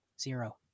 Zero